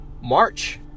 March